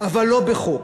אבל לא בחוק.